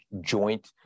joint